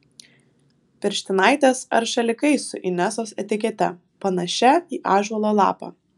pirštinaitės ar šalikai su inesos etikete panašia į ąžuolo lapą